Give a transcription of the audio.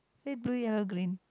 red blue yellow green